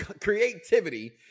creativity